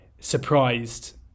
surprised